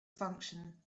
function